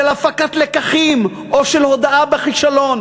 של הפקת לקחים או של הודאה בכישלון.